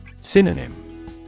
Synonym